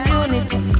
unity